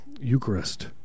Eucharist